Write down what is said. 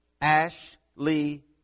Ashley